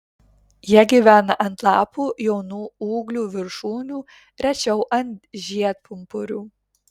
jie gyvena ant lapų jaunų ūglių viršūnių rečiau ant žiedpumpurių